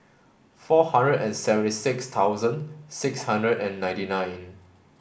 four hundred and seventy six thousand six hundred and ninety nine